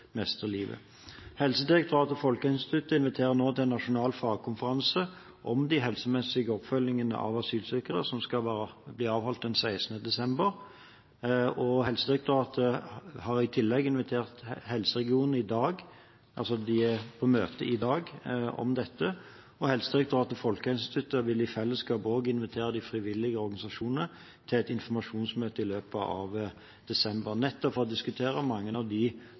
livet. Helsedirektoratet og Folkehelseinstituttet inviterer nå til en nasjonal fagkonferanse om de helsemessige oppfølgingene av asylsøkere, som skal avholdes den 16. desember, og Helsedirektoratet har i tillegg invitert helseregionene – de er på et møte i dag om dette. Helsedirektoratet og Folkehelseinstituttet vil i fellesskap også invitere de frivillige organisasjonene til et informasjonsmøte i løpet av desember, nettopp for å diskutere mange av de